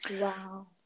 Wow